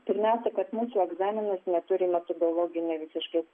pirmiausias kad mūsų egzaminas neturi metodologinio visiškai